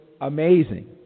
amazing